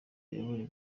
yabonye